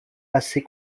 assez